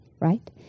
right